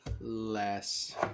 less